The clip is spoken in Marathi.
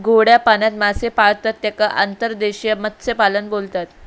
गोड्या पाण्यात मासे पाळतत तेका अंतर्देशीय मत्स्यपालन बोलतत